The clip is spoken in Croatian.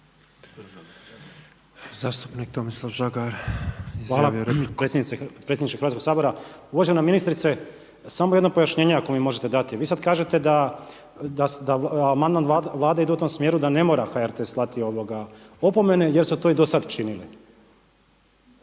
**Žagar, Tomislav (Nezavisni)** Hvala predsjedniče Sabora. Uvažena ministrice, samo jedno pojašnjenje ako mi možete dati. Vi sad kažete da amandman Vlade ide u tom smjeru da ne mora HRT slati opomene, jer su to i do sad činili.